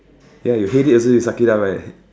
ya you headache also you suck it out right